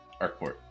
Arkport